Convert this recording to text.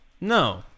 No